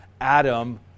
Adam